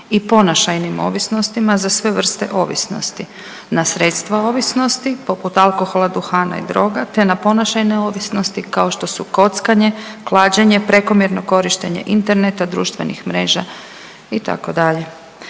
i ponašajnim ovisnostima za sve vrste ovisnosti, na sredstva ovisnosti poput alkohola, duhana i droga te na ponašajne ovisnosti kao što su kockanje, klađenje, prekomjerno korištenje interneta, društvenih mreža itd.